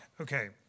Okay